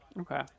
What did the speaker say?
Okay